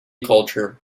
culture